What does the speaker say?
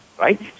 right